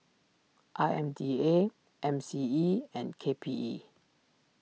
I M D A M C E and K P E